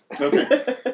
Okay